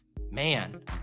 Man